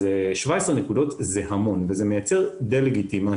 אז 17 נקודות זה המון וזה מייצר דה-לגיטימציה.